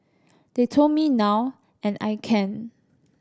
they told me now and I can